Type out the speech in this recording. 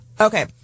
Okay